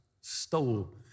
stole